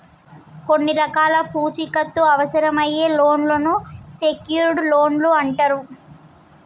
కొన్ని రకాల పూచీకత్తు అవసరమయ్యే లోన్లను సెక్యూర్డ్ లోన్లు అంటరు